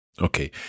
Okay